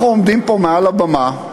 אנחנו עומדים פה מעל הבמה,